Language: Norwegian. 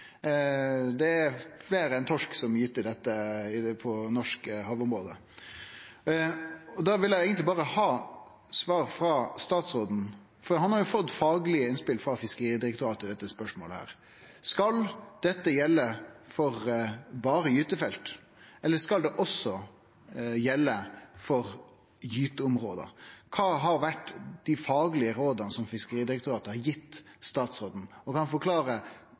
som gyter i norske havområde. Eg vil eigentleg berre ha eit svar frå statsråden, for han har fått faglege innspel frå Fiskeridirektoratet i dette spørsmålet. Skal dette gjelde berre for gytefelt, eller skal det også gjelde for gyteområde? Kva faglege råd har Fiskeridirektoratet gitt statsråden, og kan han forklare på kva fagleg bakgrunn statsråden ikkje har følgt det opp? Statsråden